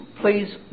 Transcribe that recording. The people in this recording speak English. please